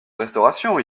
restauration